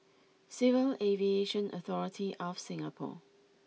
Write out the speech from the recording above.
Civil Aviation Authority of Singapore